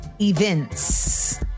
Events